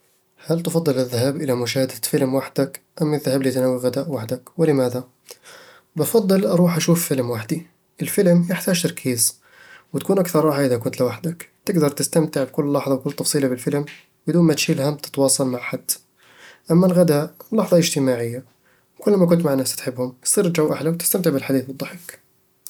هل تفضل الذهاب إلى مشاهدة فيلم وحدك أم الذهاب لتناول الغداء وحدك؟ ولماذا؟ بفضّل أروح أشوف فيلم وحدي الفيلم يحتاج تركيز، وتكون أكتر راحة إذا كنت لوحدك، تقدر تستمتع بكل لحظة وكل تفصيلة في الفيلم بدون ما تشيل هم تتواصل مع حد اما الغداء، لحظة اجتماعية، وكلما كنت مع ناس تحبهم، يصير الجو أحلى وتستمتع بالحديث والضحك